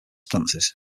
dances